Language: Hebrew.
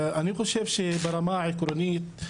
אני חושב שברמה העקרונית,